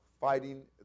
fighting